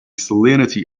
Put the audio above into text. salinity